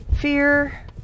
fear